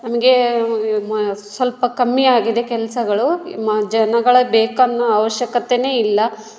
ನಮಗೆ ಸ್ವಲ್ಪ ಕಮ್ಮಿ ಆಗಿದೆ ಕೆಲಸಗಳು ಮ ಜನಗಳೇ ಬೇಕೆನ್ನೋ ಅವಶ್ಯಕತೆಯೇ ಇಲ್ಲ